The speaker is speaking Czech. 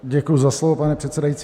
Děkuji za slovo, pane předsedající.